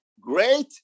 Great